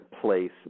place